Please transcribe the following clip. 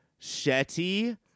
Shetty